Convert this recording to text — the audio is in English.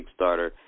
Kickstarter